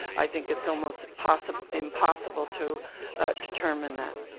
i think it's almost possible impossible to determine that.